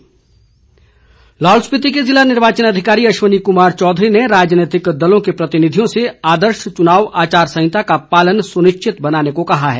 DC Lahaul Lahaul Spiti के जिला निर्वाचन अधिकारी अश्वनी कुमार चौधरी ने राजनीतिक दलों के प्रतिनिधियों से आदर्श चुनाव आचार संहिता का पालन सुनिश्चित बनाने को कहा है